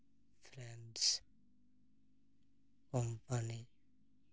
France company